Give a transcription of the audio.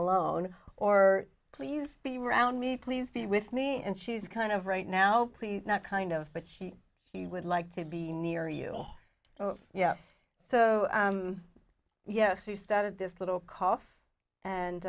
alone or please be around me please be with me and she's kind of right now please not kind of but she he would like to be near you so yeah so yes who started this little cough and